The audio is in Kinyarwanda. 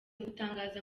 gutangaza